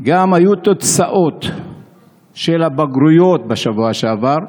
היו תוצאות של הבגרויות בשבוע שעבר,